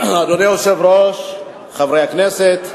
אדוני היושב-ראש, חברי הכנסת,